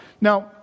Now